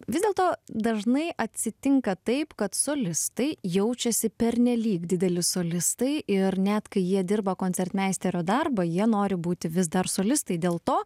vis dėlto dažnai atsitinka taip kad solistai jaučiasi pernelyg dideli solistai ir net kai jie dirba koncertmeisterio darbą jie nori būti vis dar solistai dėl to